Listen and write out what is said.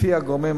לפי הגורמים,